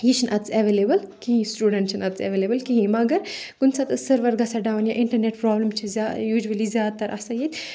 یہِ چھُنہٕ اَتیٚس ایویلیبٕل کہیٖنۍ سٹوڈنٹ چھُنہٕ اَتیٚس ایویلیبٕل کہیٖنۍ مگر کُنہِ ساتہٕ اوس سٔروَر گژھان ڈاوُن یا اِنٹرنؠٹ پرابلِم چھِ زیادٕ یوٗجؤلی زیادٕ تَر آسان ییٚتہِ